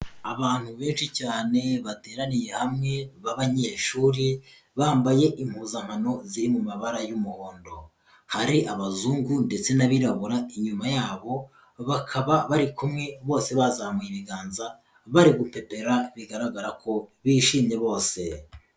Abantu benshi cyane bateraniye hamwe ba banyeshuri, bambaye impuzankano ziri mu mabara y'umuhondo, hari abazungu ndetse n'abirabura, inyuma yabo bakaba bari kumwe bose bazamuye ibiganza bari gupepera bigaragara ko bishimye bose.